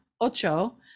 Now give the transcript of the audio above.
Ocho